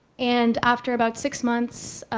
and after about six months,